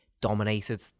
dominated